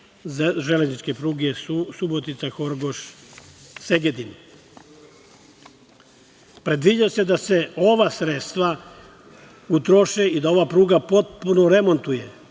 železničke pruge Subotica-Horgoš-Segedin. Predviđa se da se ova sredstva utroše i da se ova pruga potpuno remontuje,